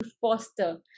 foster